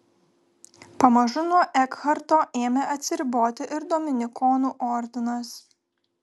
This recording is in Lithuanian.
pamažu nuo ekharto ėmė atsiriboti ir dominikonų ordinas